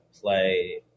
play